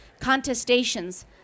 contestations